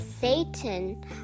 Satan